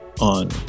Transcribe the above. on